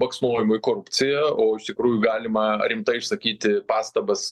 baksnojimu į korupciją o iš tikrųjų galima rimtai išsakyti pastabas